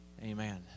amen